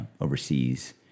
overseas